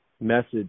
message